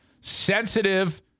sensitive